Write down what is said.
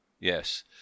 Yes